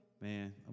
Man